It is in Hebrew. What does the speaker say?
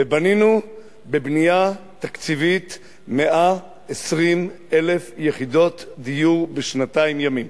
ובנינו בבנייה תקציבית 120,000 יחידות דיור בשנתיים ימים.